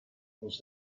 was